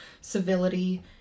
civility